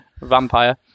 vampire